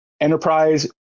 enterprise